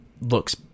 looks